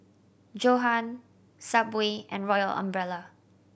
Johan Subway and Royal Umbrella